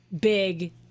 big